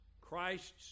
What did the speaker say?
Christ's